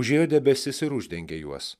užėjo debesis ir uždengė juos